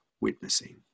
witnessing